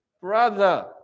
brother